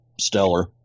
stellar